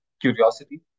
curiosity